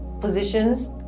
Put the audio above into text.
positions